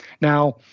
now